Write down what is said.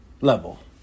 level